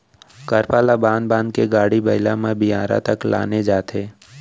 करपा ल बांध बांध के गाड़ी बइला म बियारा तक लाने जाथे